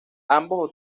ambos